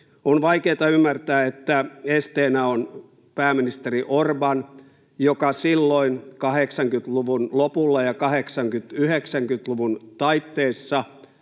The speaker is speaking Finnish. On vaikeata ymmärtää, että esteenä on pääministeri Orbán, joka 80-luvun lopulla ja 80- ja 90-luvun taitteessa